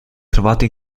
trovato